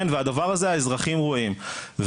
והדבר הזה, האזרחים רואים.